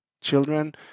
children